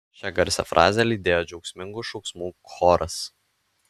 šią garsią frazę lydėjo džiaugsmingų šauksmų choras